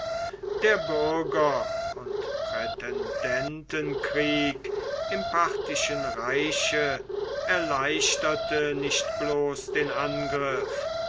der bürger und prätendentenkrieg im parthischen reiche erleichterte nicht bloß den angriff